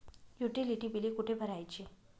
Utility बिले कुठे भरायची?